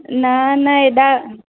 न न एॾा